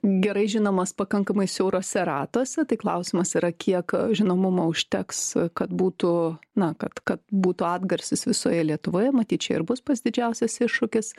gerai žinomas pakankamai siauruose ratuose tai klausimas yra kiek žinomumo užteks kad būtų na kad kad būtų atgarsis visoje lietuvoje matyt čia ir bus pats didžiausias iššūkis